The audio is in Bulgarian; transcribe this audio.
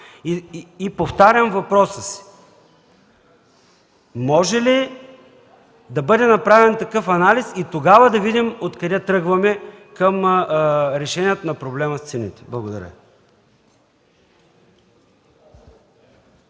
Повтарям въпроса си: може ли да бъде направен такъв анализ и тогава да видим откъде тръгваме към решението на проблема с цените. Благодаря.